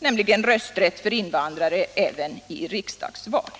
nämligen rösträtt för invandrare även vid riksdagsvalet.